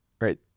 right